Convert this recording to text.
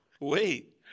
Wait